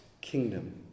kingdom